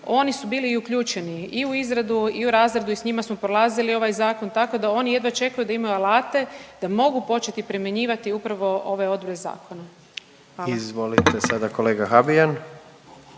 oni su bili i uključeni i u izradu i u razradu i s njima smo prolazili ovaj zakon, tako da oni jedva čekaju da imaju alate da mogu početi primjenjivati upravo ove odredbe zakona. Hvala. **Jandroković, Gordan